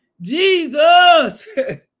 jesus